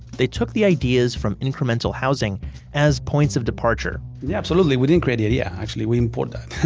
they took the ideas from incremental housing as points of departure yeah, absolutely. we didn't create the idea. actually, we import that.